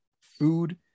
food